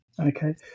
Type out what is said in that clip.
Okay